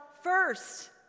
first